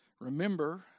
Remember